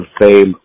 fame